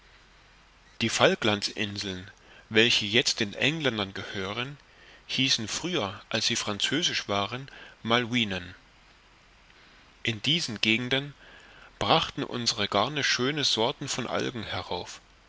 die falklands inseln welche jetzt den engländern gehören hießen früher als sie französisch waren malouinen in diesen gegenden brachten unsere garne schöne sorten von algen herauf